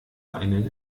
einen